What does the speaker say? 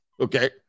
okay